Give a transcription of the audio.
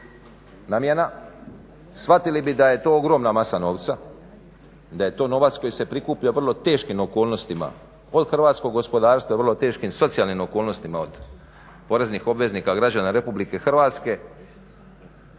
namjena, shvatili bi da je to ogromna masa novca, da je to novac koji se prikuplja vrlo teškim okolnostima, od hrvatskog gospodarstva u vrlo teškim socijalnim okolnostima, od poreznih obveznika, građana Republike Hrvatske.